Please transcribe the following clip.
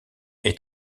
est